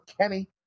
Kenny